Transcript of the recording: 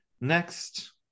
next